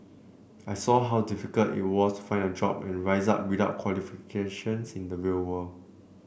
I saw how difficult it was to find a job and rise up without qualifications in the will world